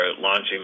launching